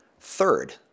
Third